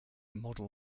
model